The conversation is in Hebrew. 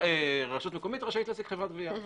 רשות מקומית רשאית להעסיק חברת גבייה.